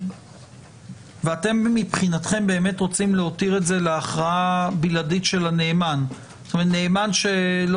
אני חושבת שיש רצון גם מהצד של הנאמן שכל